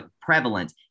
prevalent